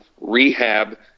rehab